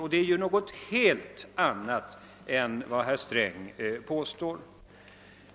Detta är ju någonting helt annat än vad herr Sträng påstår.